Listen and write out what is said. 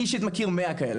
אני, אישית, מכיר מאה כאלה.